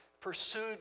pursued